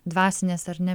dvasinės ar ne